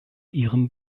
ihrem